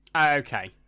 Okay